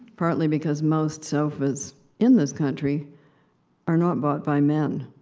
probably because most sofas in this country are not bought by men.